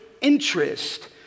interest